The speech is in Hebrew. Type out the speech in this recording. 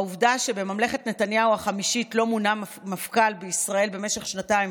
העובדה שבממלכת נתניהו החמישית לא מונה מפכ"ל בישראל במשך שנתיים